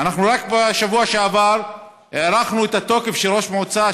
רק בשבוע שעבר הארכנו את התוקף לראש מועצה,